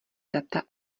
data